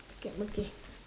cap okay